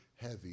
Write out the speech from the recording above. heavy